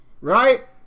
right